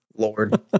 lord